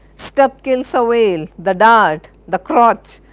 stubb kills a whale, the dart, the crotch,